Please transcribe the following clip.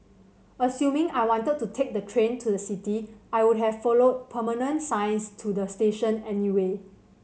assuming I wanted to take the train to the city I would have followed permanent signs to the station anyway